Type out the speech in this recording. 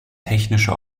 technische